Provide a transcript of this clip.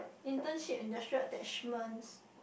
internship industries attachment